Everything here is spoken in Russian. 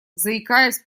заикаясь